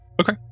Okay